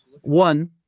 One